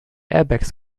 airbags